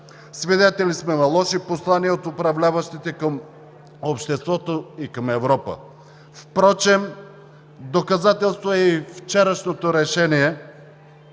свидетели сме на лоши послания от управляващите към обществото и към Европа. Доказателство е и вчерашното решение